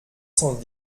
cent